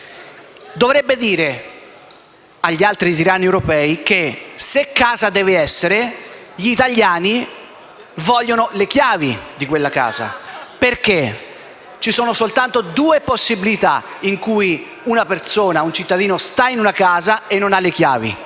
dovrebbe dire agli altri tiranni europei che se casa deve essere, gli italiani vogliono le chiavi di quella casa. Perché ci sono soltanto due possibilità in cui una persona sta in una casa e non ha le chiavi: